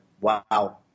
wow